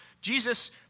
Jesus